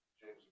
james